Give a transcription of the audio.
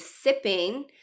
sipping